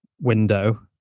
window